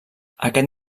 aquest